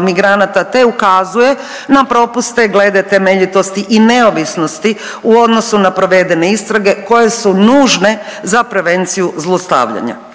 migranata, te ukazuje na propuste glede temeljitosti i neovisnosti u odnosu na provedene istrage koje su nužne za prevenciju zlostavljanja.